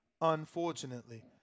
unfortunately